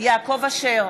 יעקב אשר,